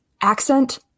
accent